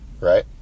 right